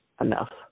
enough